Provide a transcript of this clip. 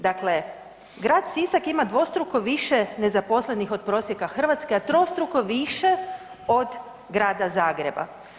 Dakle, grad Sisak ima dvostruko više nezaposlenih od prosjeka Hrvatske, a trostruko više od Grada Zagreba.